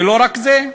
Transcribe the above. ולא רק זה,